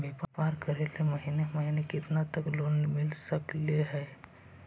व्यापार करेल महिने महिने केतना तक लोन मिल सकले हे?